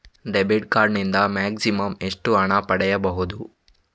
Debit card ನಿಂದ maximum ಎಷ್ಟು ಹಣ ಪಡೆಯಬಹುದು?